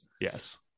Yes